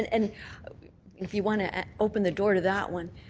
and if you want to open the door to that one,